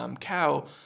cow